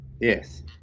Yes